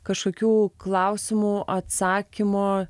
kažkokių klausimų atsakymo